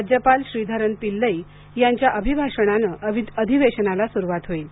राज्यपाल श्रीधरन पिल्लई यांच्या अभिभाषणाने अधिवेशनाला सुरुवात होईल